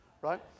right